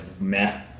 meh